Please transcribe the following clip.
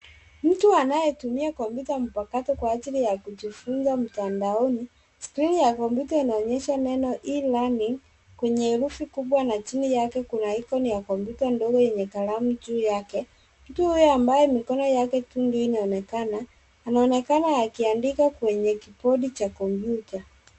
Mtu anayetumia kompyuta mpakato kwa ajili ya kujifunza mtandaoni, skrini ya komyuta inaonyesha E-Learning kwenye herufi kubwa na chini yake kuna ikoni ya kompyuta ndogo yenye kalamu juu yake. Mtu huyu ambaye mikono yake tu ndio inaoneka anaonekana akiandika kwenye kibodi cha komyputa.